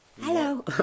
Hello